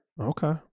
Okay